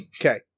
okay